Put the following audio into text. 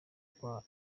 kwa